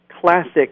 classic